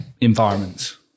environments